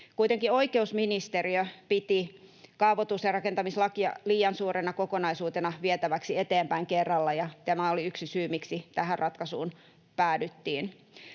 Kuitenkin oikeusministeriö piti kaavoitus- ja rakentamislakia liian suurena kokonaisuutena vietäväksi eteenpäin kerralla, ja tämä oli yksi syy, miksi tähän ratkaisuun päädyttiin.